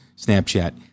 Snapchat